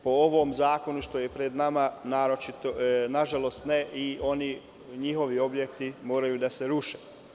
Po ovom zakonu koji je pred nama, nažalost, ne i njihovi objekti moraju da se ruše.